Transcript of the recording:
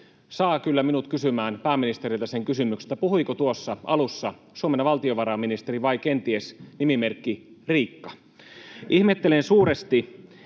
saa kyllä minut kysymään pääministeriltä sen kysymyksen, että puhuiko tuossa alussa Suomen valtiovarainministeri vai kenties nimimerkki ”Riikka”.